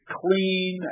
clean